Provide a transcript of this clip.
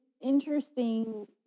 interesting